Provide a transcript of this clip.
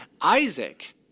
Isaac